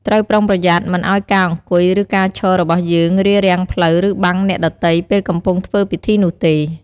ត្រូវប្រុងប្រយ័ត្នមិនឲ្យការអង្គុយ ឬការឈររបស់យើងរារាំងផ្លូវ ឬបាំងអ្នកដទៃពេលកំពុងធ្វើពិធីនោះទេ។